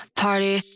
party